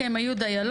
כין הן היו דיילות.